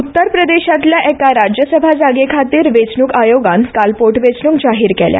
उत्तर प्रदेशांतल्या एका राज्यसभा जागे खातीर वेंचणूक आयोगान काल पोटवेंचणूक जाहीर केल्या